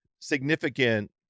significant